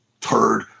turd